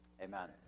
amen